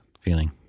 feeling